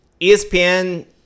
ESPN